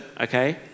okay